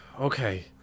okay